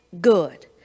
good